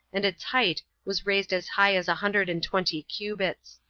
and its height was raised as high as a hundred and twenty cubits.